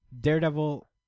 Daredevil –